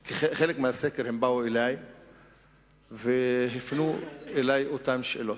כי חלק מהסקר, הם באו אלי והפנו אלי אותן שאלות.